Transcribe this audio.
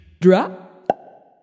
Drop